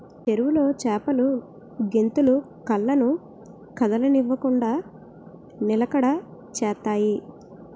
చెరువులో చేపలు గెంతులు కళ్ళను కదలనివ్వకుండ నిలకడ చేత్తాయి